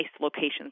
locations